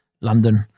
London